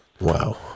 Wow